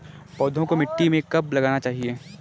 पौधों को मिट्टी में कब लगाना चाहिए?